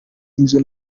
inzu